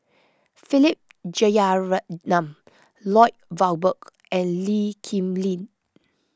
Philip Jeyaretnam Lloyd Valberg and Lee Kip Lin